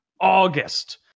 August